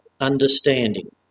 understanding